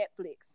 netflix